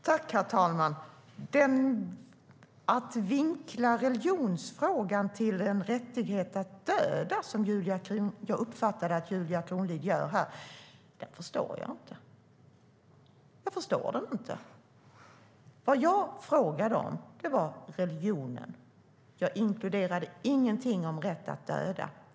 Herr talman! Att vinkla religionsfrågan till att vara en fråga om rätt att döda, som jag uppfattade att Julia Kronlid gjorde, förstår jag inte. Det jag frågade om var religionen. Jag inkluderade inte på något sätt rätten att döda.